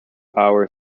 hour